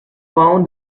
found